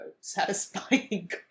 satisfying